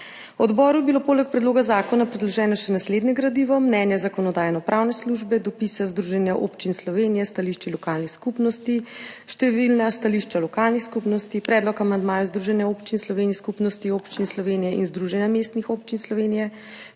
Odboru je bilo poleg predloga zakona predloženo še naslednje gradivo: mnenje Zakonodajno-pravne službe, dopisa Združenja občin Slovenije, stališče lokalnih skupnosti, številna stališča lokalnih skupnosti, predlog amandmajev Združenja občin Slovenije, Skupnosti občin Slovenije in Združenja mestnih občin Slovenije,